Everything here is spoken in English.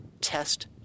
test